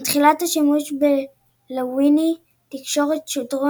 עם תחילת השימוש בלווייני תקשורת שודרו